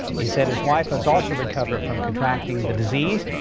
he said his wife has also recovered from contracting the disease.